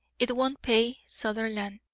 it won't pay, sutherland.